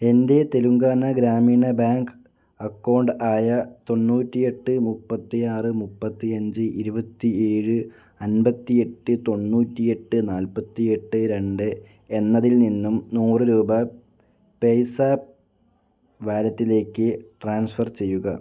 എൻ്റെ തെലുങ്കാന ഗ്രാമീണ bank account ആയ തൊണ്ണൂറ്റിയെട്ട് മുപ്പത്തിയാറ് മുപ്പത്തിയഞ്ച് ഇരുപത്തിയേഴ് അൻപത്തിയെട്ട് തൊണ്ണൂറ്റിയെട്ട് നാൽപ്പത്തിയെട്ട് രണ്ട് എന്നതിൽ നിന്നും നൂറ് രൂപ പേയ്സാപ്പ് വാലറ്റിലേക്ക് ട്രാൻസ്ഫർ ചെയ്യുക